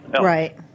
Right